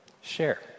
Share